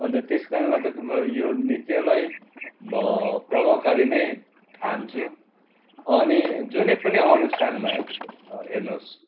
अन्त त्यसकारणले गर्दाखेरि यो नृत्यलाई म प्रभावकारी नै ठान्छु अनि जुनै पनि अनुष्ठानमा हेर्नुहोस्